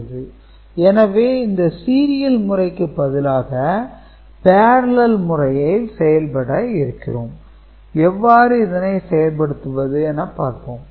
Ci AiBi AiCi 1 BiCi 1 Ci AiBi Ci 1Ai Bi Ci Gi PiCi 1 எனவே இந்த serial முறைக்கு பதிலாக parallel முறையில் செயல்பட இருக்கிறோம் எவ்வாறு இதனை செயல்படுத்துவது என பார்ப்போம்